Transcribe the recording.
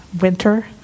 winter